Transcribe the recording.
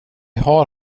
har